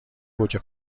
گوجه